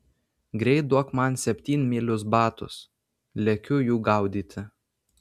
greit duok man septynmylius batus lekiu jų gaudyti